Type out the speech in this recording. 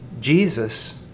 Jesus